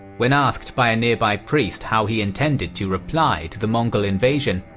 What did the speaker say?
when asked by a nearby priest how he intended to reply to the mongol invasion,